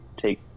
take